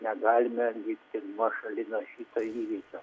negalime likti nuošaly nuo šito įvykio